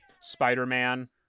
Spider-Man